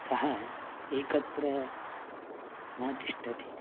सः एकत्र न तिष्ठति